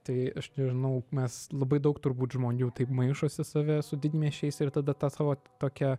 tai aš nežinau mes labai daug turbūt žmonių taip maišosi save su didmiesčiais ir tada tą savo tokią